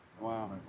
Wow